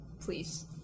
please